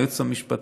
היועצת המשפטית,